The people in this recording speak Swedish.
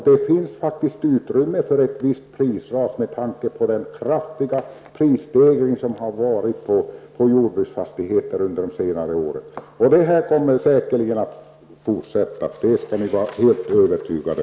Det finns faktiskt utrymme för ett visst prisras med tanke på den kraftiga prisstegring som skett på jordbruksfastigheter under senare år. Ni kan vara helt övertygade om att detta kommer att fortsätta.